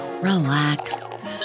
relax